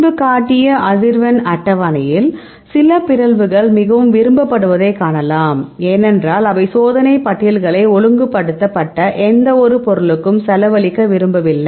முன்பு காட்டிய அதிர்வெண் அட்டவணையில் சில பிறழ்வுகள் மிகவும் விரும்பப்படுவதை காணலாம் ஏனென்றால் அவை சோதனைப் பட்டியல்களை ஒழுங்குபடுத்தப்பட்ட எந்தவொரு பொருளுக்கும் செலவழிக்க விரும்பவில்லை